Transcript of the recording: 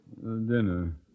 Dinner